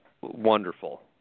wonderful